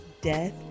death